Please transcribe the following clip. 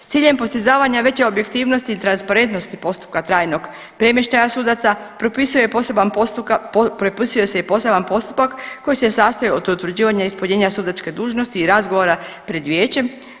S ciljem postizavanja veće objektivnosti i transparentnosti postupka trajnog premještaja sudaca propisuje i poseban, propisuje se i poseban postupak koji se sastoji od utvrđivanja ispunjenja sudačke dužnosti i razgovora pred vijećem.